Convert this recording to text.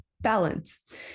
balance